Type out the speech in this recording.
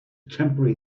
temporary